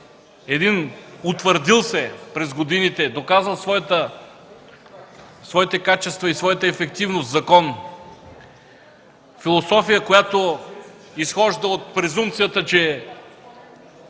един утвърдил се през годините, доказал своите качества и своята ефективност закон – философия, която изхожда от презумпцията, че на